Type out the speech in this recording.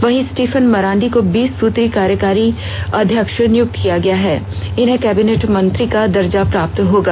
वहीं स्टीफन मरांडी को बीस सूत्री कार्यकारी अध्यक्ष नियुक्त किया गया है इन्हें कैबिनेट मंत्री का दर्जा प्राप्त होगा